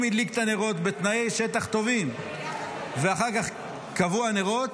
אם הדליק את הנרות בתנאי שטח טובים ואחר כך כבו הנרות,